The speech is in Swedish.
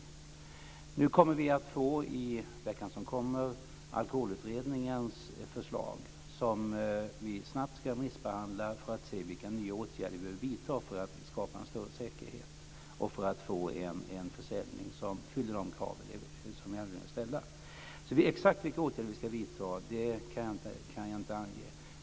Under kommande vecka kommer vi att få alkoholutredningens förslag, som vi snabbt ska remissbehandla för att se vilka åtgärder vi behöver vidta för att skapa en större säkerhet och för att få en försäljning som uppfyller de krav som vi har anledning att ställa. Exakt vilka åtgärder vi ska vidta kan jag inte ange.